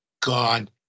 God